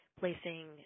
placing